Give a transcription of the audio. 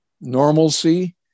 normalcy